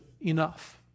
enough